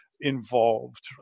involved